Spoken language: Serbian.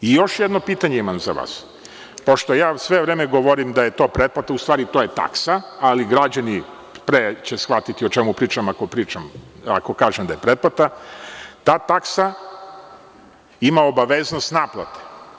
I, još jedno pitanje imam za vas, pošto ja sve vreme govorim da je pretplata u stvari to je taksa, ali građani će pre shvatiti o čemu pričam, ako kažem da je pretplata, ta taksa ima obaveznost naplate.